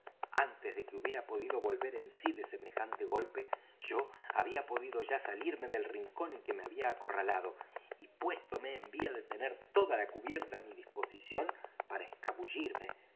antes de que hubiera podido volver en sí de semejante golpe yo había podido ya salirme del rincón en que me había acorralado y puéstome en vía de tener toda la cubierta á mi disposición para escabullirme